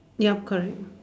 yup correct